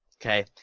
Okay